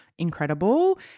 incredible